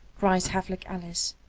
cries havelock ellis.